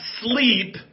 sleep